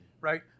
Right